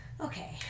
Okay